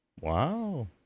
Wow